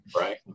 right